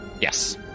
Yes